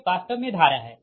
Cf वास्तव मे धारा है